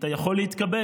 אתה יכול להתקבל,